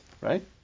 Right